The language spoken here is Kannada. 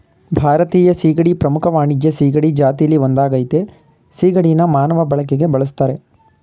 ಭಾರತೀಯ ಸೀಗಡಿ ಪ್ರಮುಖ ವಾಣಿಜ್ಯ ಸೀಗಡಿ ಜಾತಿಲಿ ಒಂದಾಗಯ್ತೆ ಸಿಗಡಿನ ಮಾನವ ಬಳಕೆಗೆ ಬಳುಸ್ತರೆ